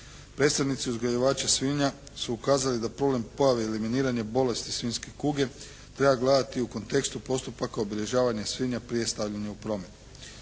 Predstavnici uzgajivača svinja su ukazali da problem pojave eliminiranja bolesti svinjske kuge treba gledati u kontekstu postupaka obilježavanja svinja prije stavljanja u promet.